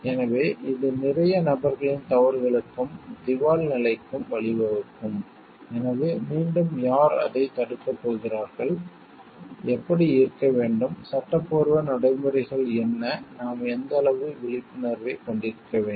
எனவே இது நிறைய நபர்களின் தவறுகளுக்கும் திவால்நிலைக்கும் வழிவகுக்கும் எனவே மீண்டும் யார் அதைத் தடுக்கப் போகிறார்கள் எப்படி இருக்க வேண்டும் சட்டப்பூர்வ நடைமுறைகள் என்ன நாம் எந்த அளவு விழிப்புணர்வைக் கொண்டிருக்க வேண்டும்